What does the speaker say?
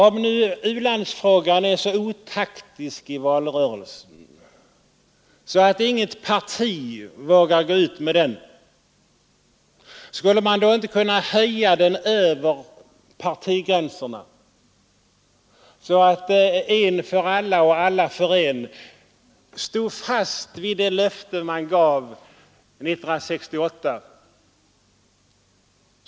Om nu u-landsfrågan är så otaktisk i valrörelsen att inget parti vågar gå ut med den, skulle man då inte kunna höja den över partigränserna så att en för alla och alla för en stod fast vid de löften man gav 1968?